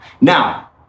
Now